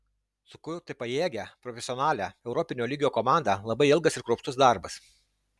sukurti pajėgią profesionalią europinio lygio komandą labai ilgas ir kruopštus darbas